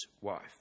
wife